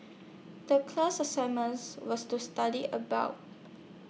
The class assignments was to study about